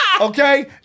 Okay